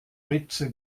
ritze